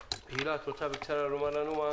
הילה, את רוצה בקצרה לומר לנו מה